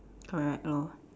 correct lor